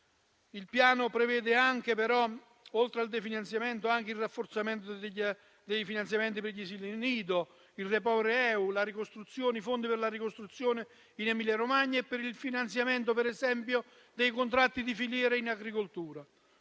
il Piano prevede però anche il rafforzamento dei finanziamenti per gli esili nido, il REPowerEU, i fondi per la ricostruzione in Emilia-Romagna e per il finanziamento, per esempio, dei contratti di filiera in agricoltura.